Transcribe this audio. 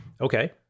okay